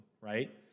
right